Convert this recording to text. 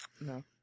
No